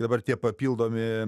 dabar tie papildomi